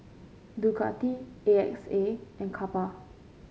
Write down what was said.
Ducati A X A and Kappa